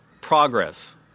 progress